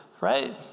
Right